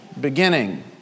beginning